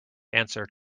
answer